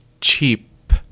cheap